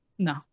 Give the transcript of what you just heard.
no